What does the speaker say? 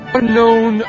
Unknown